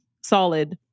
solid